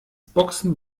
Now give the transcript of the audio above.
boxen